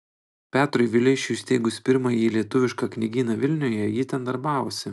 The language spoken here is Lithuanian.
petrui vileišiui įsteigus pirmąjį lietuvišką knygyną vilniuje ji ten darbavosi